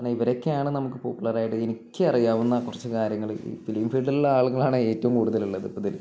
അങ്ങനെ ഇവരൊക്കെയാണ് നമുക്ക് പോപ്പുലറായിട്ട് എനിക്കറിയാവുന്ന കുറച്ച് കാര്യങ്ങള് ഈ ഫിലിം ഫീല്ഡിലുള്ള ആളുകളാണ് ഏറ്റവും കൂടുതലുള്ളത് ഇപ്പോഴിതില്